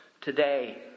today